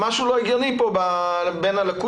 היום 28/8/2020, ה' באלול התש"ף.